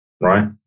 Right